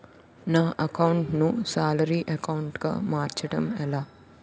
నా అకౌంట్ ను salary account గా మార్చటం ఎలా?